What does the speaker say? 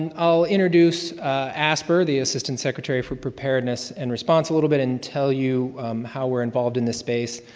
and i'll introduce asper, the assistant secretary for preparedness and response a little bit and tell you how we're involved in this space.